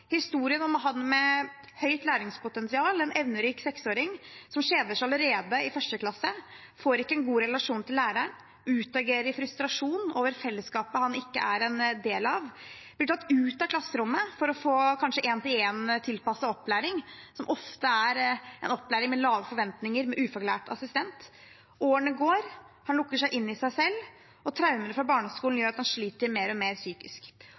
med høyt læringspotensial, en evnerik seksåring, som kjeder seg allerede i 1. klasse. Han får ikke en god relasjon til læreren, utagerer i frustrasjon over fellesskapet han ikke er en del av, blir tatt ut av klasserommet for å få kanskje en-til-en-tilpasset opplæring, som ofte er opplæring med lave forventninger, og med ufaglært assistent. Årene går, han lukker seg inn i seg selv, og traumer fra barneskolen gjør at han sliter mer og mer psykisk.